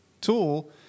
tool